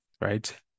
right